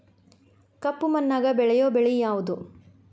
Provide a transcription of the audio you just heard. ಕಪ್ಪು ಮಣ್ಣಾಗ ಬೆಳೆಯೋ ಬೆಳಿ ಯಾವುದು?